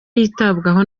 yitabwaho